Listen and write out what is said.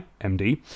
MD